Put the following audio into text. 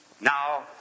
now